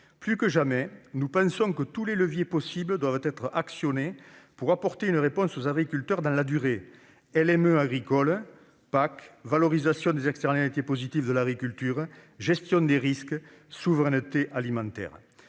Plus que jamais, nous pensons que tous les leviers possibles doivent être actionnés pour apporter une réponse aux agriculteurs dans la durée : LME agricole, PAC, valorisation des externalités positives de l'agriculture, gestion des risques, souveraineté alimentaire.